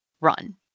run